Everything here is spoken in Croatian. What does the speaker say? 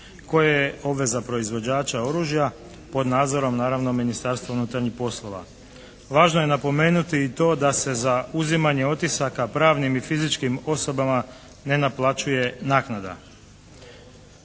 koje je obveza proizvođača oružja pod nadzorom naravno Ministarstva unutarnjih poslova. Važno je napomenuti i to da se za uzimanje otisaka pravnim i fizičkim osobama ne naplaćuje naknada.